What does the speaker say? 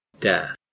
death